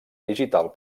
digital